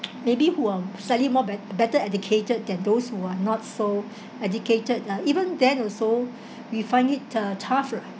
maybe who um slightly more bet~better educated than those who are not so educated ah even then also we find it uh tougher